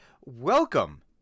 Welcome